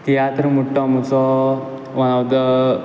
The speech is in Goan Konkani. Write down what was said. तियात्र म्हूट तो म्हुजो